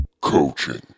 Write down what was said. Coaching